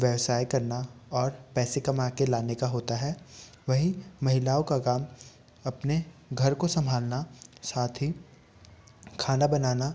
व्यवसाय करना और पैसे कमा के लाने का होता है वहीं महिलाओ का काम अपने घर को संभालना साथ ही खाना बनाना